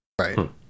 Right